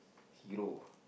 hero